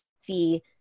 see